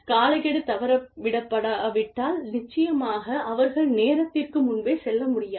காலக்கெடு தவறவிடப்படாவிட்டால் நிச்சயமாக அவர்கள் நேரத்திற்கு முன்பே செல்ல முடியாது